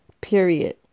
period